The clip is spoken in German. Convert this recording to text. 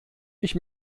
ich